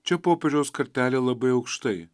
čia popiežiaus kartelė labai aukštai